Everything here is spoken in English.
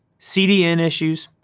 cdn issues,